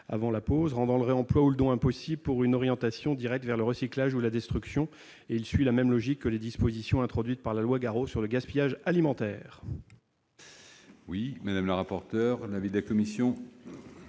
alimentaires, rendant le réemploi ou le don impossible, pour une orientation directe vers le recyclage ou la destruction. Il tend à suivre la même logique que les dispositions introduites par la loi Garot sur le gaspillage alimentaire. Quel est l'avis de la commission